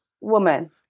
woman